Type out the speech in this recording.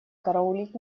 караулить